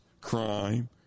crime